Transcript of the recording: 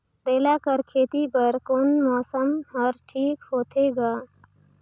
करेला कर खेती बर कोन मौसम हर ठीक होथे ग?